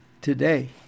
today